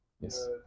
Yes